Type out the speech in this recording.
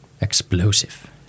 explosive